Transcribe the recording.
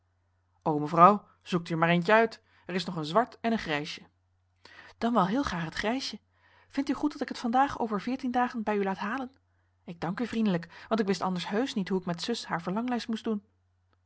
mevrouw zoekt u er maar eentje uit er is nog een zwart en een grijsje dan wel heel graag het grijsje vindt u goed dat ik het vandaag over veertien dagen bij u laat halen ik dank u vriendelijk want ik wist anders heusch niet hoe ik met zus haar verlanglijst moest doen